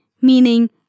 meaning